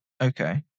Okay